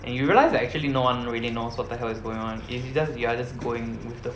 and you realise that actually no one really knows what the hell is going on is is just you are just going with the